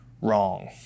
wrong